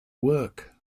work